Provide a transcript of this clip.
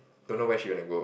don't know where she wanna go